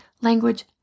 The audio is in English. language